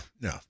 No